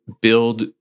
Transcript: build